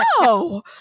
no